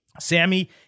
Sammy